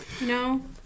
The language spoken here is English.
No